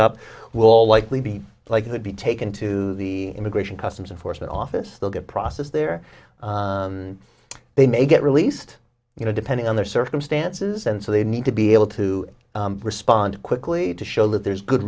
up will likely be likely be taken to the immigration customs enforcement office they'll get processed there they may get released you know depending on their circumstances and so they need to be able to respond quickly to show that there's good